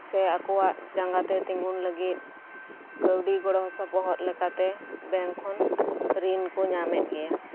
ᱥᱮ ᱟᱠᱚᱣᱟᱜ ᱡᱟᱸᱜᱟᱛᱮ ᱛᱮᱹᱜᱳᱱ ᱞᱟᱹᱜᱤᱫ ᱠᱟᱹᱣᱰᱤ ᱜᱚᱲᱚ ᱥᱚᱯᱚᱦᱚᱫ ᱞᱮᱠᱟᱛᱮ ᱵᱮᱝᱠ ᱠᱷᱚᱱ ᱨᱤᱱ ᱠᱚ ᱧᱟᱢᱮᱫ ᱜᱮᱭᱟ